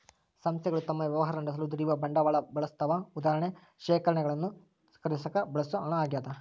ಸಂಸ್ಥೆಗಳು ತಮ್ಮ ವ್ಯವಹಾರ ನಡೆಸಲು ದುಡಿಯುವ ಬಂಡವಾಳ ಬಳಸ್ತವ ಉದಾ ಷೇರುಗಳನ್ನು ಖರೀದಿಸಾಕ ಬಳಸೋ ಹಣ ಆಗ್ಯದ